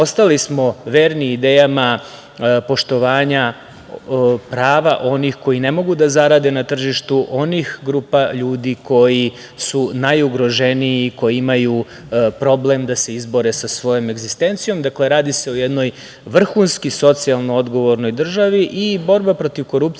ostali smo verni idejama poštovanja prava onih koji ne mogu da zarade na tržištu, onih grupa ljudi koji su najugroženiji, koji imaju problem da se izbore sa svojom egzistencijom, dakle, radi se o jednoj vrhunski socijalno odgovornoj državi i borba protiv korupcije